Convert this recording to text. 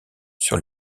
sur